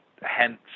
hence